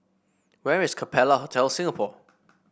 where is Capella Hotel Singapore